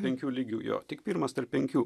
penkių lygių jo tik pirmas tarp penkių